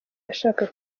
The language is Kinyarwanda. ashaka